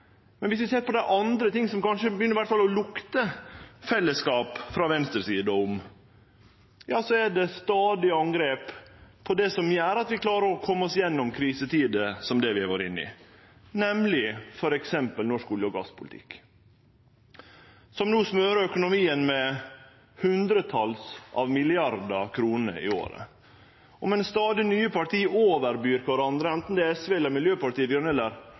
vi ser på om det er andre ting som det kanskje iallfall begynner å lukte fellesskap av frå venstresida – ja, så er det stadige angrep på det som gjer at vi klarer å kome oss igjennom krisetider som dei vi har vore inne i, nemleg f.eks. norsk olje- og gasspolitikk, som no smør økonomien med hundretals av milliardar kroner i året. Mens stadig nye parti byr over kvarandre, anten det er SV, Miljøpartiet Dei Grøne eller